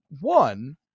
one